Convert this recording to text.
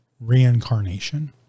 reincarnation